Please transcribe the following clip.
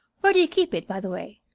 where do you keep it, by the way?